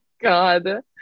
god